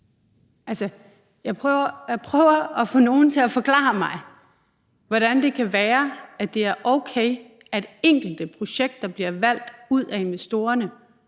jeg prøver at få nogen til at forklare mig, hvordan det kan være, at det er okay, at enkelte projekter bliver valgt ud af investorerne,